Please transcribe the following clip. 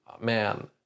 man